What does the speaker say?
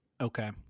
Okay